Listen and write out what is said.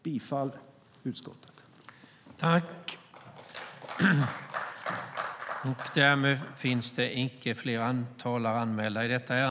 Jag yrkar bifall till utskottets förslag.